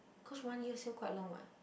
cause one year still quite long [what]